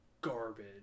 garbage